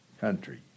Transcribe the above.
country